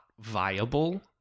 viable